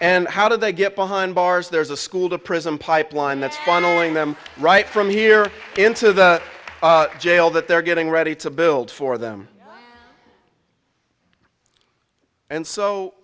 and how do they get behind bars there's a school to prison pipeline that's funneling them right from here into the jail that they're getting ready to build for them and